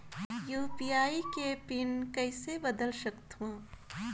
UPI के PIN कइसे बदल सकथव?